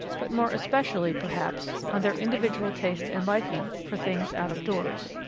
but more especially, perhaps, on their individual taste and liking for things out of doors.